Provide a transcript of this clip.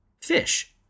Fish